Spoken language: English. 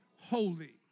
holy